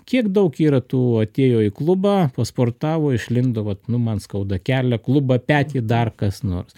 kiek daug yra tų atėjo į klubą pasportavo išlindo vat nu man skauda kelio klubą petį dar kas nors